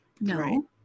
No